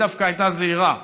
היא דווקא הייתה זהירה,